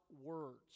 words